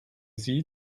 sie